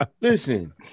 listen